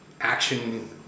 action